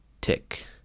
Tick